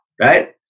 right